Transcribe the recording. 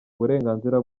uburenganzira